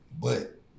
but-